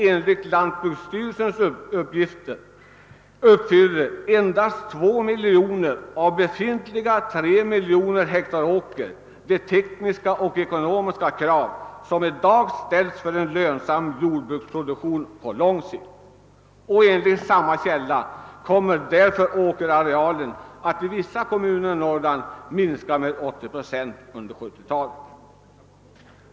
Enligt lantbruksstyrelsen uppfyller endast 2 miljoner av befintliga 3 miljoner hektar åker de tekniska och ekonomiska krav som i dag ställs för en lönsam jordbruksproduktion på lång sikt. Enligt samma källa kommer därför åkerarealen att i vissa kommuner i Norrland minska med 80 procent under 1970-talet.